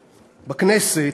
בכנסת: